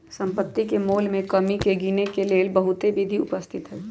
सम्पति के मोल में कमी के गिनेके लेल बहुते विधि उपस्थित हई